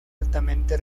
altamente